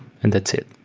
and that's it.